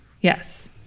Yes